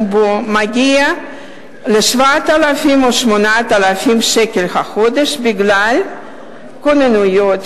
בו מגיע ל-7,000 או 8,000 שקלים לחודש בגלל כוננויות,